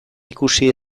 ikusi